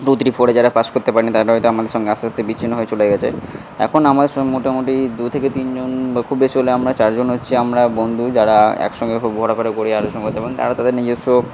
প্রতিটি ফোরে যারা পাস করতে পারেনি তারা হয়তো আমাদের সঙ্গে আস্তে আস্তে বিচ্ছিন্ন হয়ে চলে গেছে এখন আমার সঙ্গে মোটামুটি দু থেকে তিনজন বা খুব বেশি হলে আমরা চারজন হচ্ছি আমরা বন্ধু যারা এক সঙ্গে খুব ঘোরাফেরা করি এক সঙ্গে তেমন তারা তাদের নিজস্ব